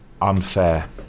Unfair